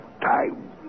time